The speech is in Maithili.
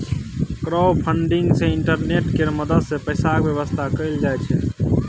क्राउडफंडिंग सँ इंटरनेट केर मदद सँ पैसाक बेबस्था कएल जाइ छै